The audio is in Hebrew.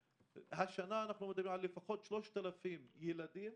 השנה אנחנו מדברים על לפחות 3,000 ילדים